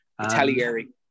italieri